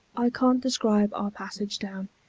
i can't describe our passage down.